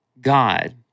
God